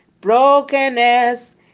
brokenness